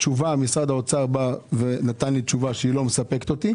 משרד האוצר נתן לי תשובה שאינה מספקת אותי.